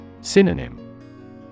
Synonym